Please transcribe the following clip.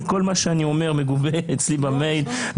כל מה שאני אומר מגובה אצלי במסמכים,